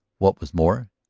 what was more,